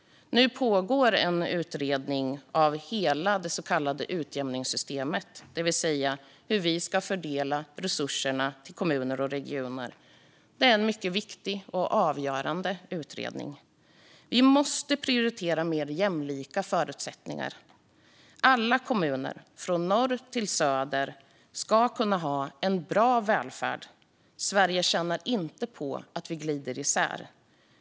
Nu pågår en utredning av hela det så kallade utjämningssystemet, det vill säga hur vi ska fördela resurserna till kommuner och regioner. Det är en mycket viktig och avgörande utredning. Vi måste prioritera mer jämlika förutsättningar. Alla kommuner, från norr till söder, ska kunna ha en bra välfärd. Sverige tjänar inte på att vi glider isär.